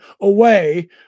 away